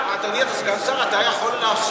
אתה סגן שר, אתה יכול לעשות